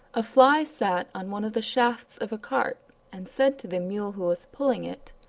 a fly sat on one of the shafts of a cart and said to the mule who was pulling it,